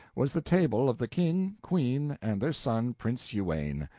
was the table of the king, queen, and their son, prince uwaine.